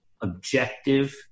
objective